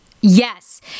Yes